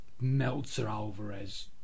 Meltzer-Alvarez